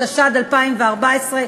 התשע"ד 2014,